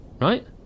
right